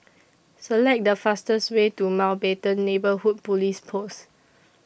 Select The fastest Way to Mountbatten Neighbourhood Police Post